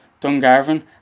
Dungarvan